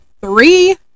three